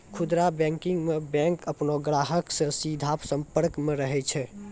खुदरा बैंकिंग मे बैंक अपनो ग्राहको से सीधा संपर्क मे रहै छै